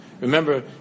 Remember